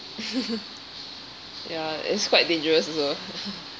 ya it's quite dangerous though